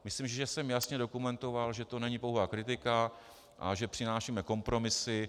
Myslím, že jsem jasně dokumentoval, že to není pouhá kritika a že přinášíme kompromisy.